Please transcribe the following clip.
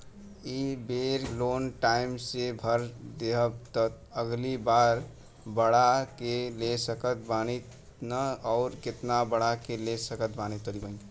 ए बेर loan time से भर देहम त अगिला बार बढ़ा के ले सकत बानी की न आउर केतना बढ़ा के ले सकत बानी?